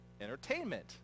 entertainment